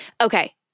Okay